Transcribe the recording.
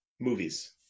Movies